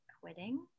quitting